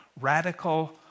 radical